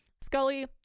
Scully